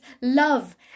love